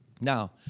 Now